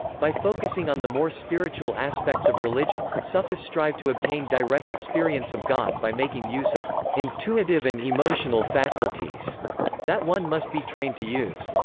by focusing on the more spiritual aspects of religion, sufis strive to obtain direct experience of god by making use of intuitive and emotional faculties that one must be trained to use.